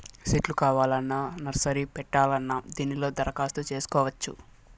సెట్లు కావాలన్నా నర్సరీ పెట్టాలన్నా దీనిలో దరఖాస్తు చేసుకోవచ్చు